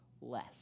less